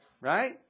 Right